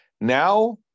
Now